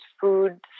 food